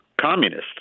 communist